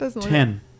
Ten